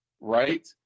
right